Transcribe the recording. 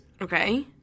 Okay